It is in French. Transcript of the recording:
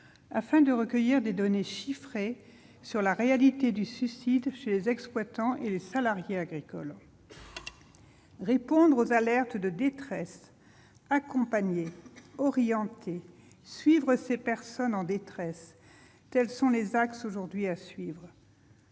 afin de recueillir des données chiffrées sur la réalité du suicide chez les exploitants et les salariés agricoles. Répondre aux alertes, accompagner, orienter et suivre ces personnes en détresse : tels sont les axes qu'il faut suivre